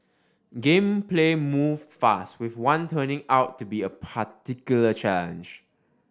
game play moved fast with one turning out to be a particular challenge